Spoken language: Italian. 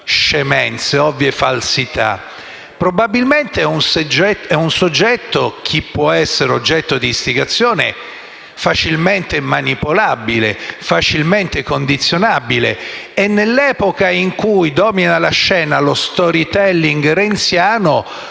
scemenze, ovvie falsità? Probabilmente chi può essere oggetto di istigazione è un soggetto facilmente manipolabile, facilmente condizionabile e nell'epoca in cui domina la scena lo *storytelling* renziano